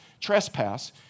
trespass